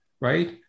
right